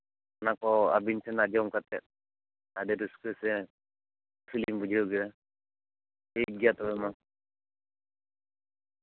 ᱚᱱᱟ ᱠᱚ ᱟᱹᱵᱤᱱ ᱴᱷᱮᱱ ᱟᱸᱡᱚᱢ ᱠᱟᱛᱮᱜ ᱟᱹᱰᱤ ᱨᱟᱹᱥᱠᱟᱹ ᱥᱮ ᱠᱷᱩᱥᱤ ᱞᱤᱧ ᱵᱩᱡᱷᱟᱹᱣ ᱠᱮᱫᱟ ᱴᱷᱤᱠ ᱜᱮᱭᱟ ᱛᱚᱵᱮ ᱢᱟ